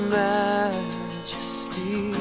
majesty